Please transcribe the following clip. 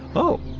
oh